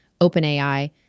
OpenAI